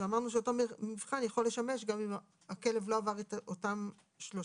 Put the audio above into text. אמרנו שאותו מבחן יכול לשמש גם אם הכלב לא עבר את אותם שלושה